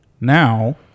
Now